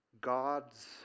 God's